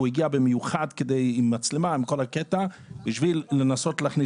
הוא הגיע במיוחד עם מצלמה כדי לנסות להכניס